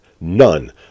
none